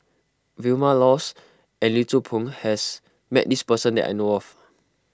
Vilma Laus and Lee Tzu Pheng has met this person that I know of